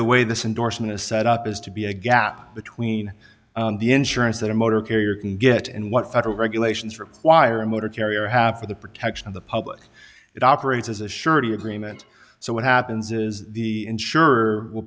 the way this indorsement is set up is to be a gap between the insurance that a motor carrier can get and what federal regulations require a motor carrier have for the protection of the public it operates as a surety agreement so what happens is the insurer will